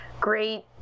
Great